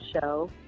show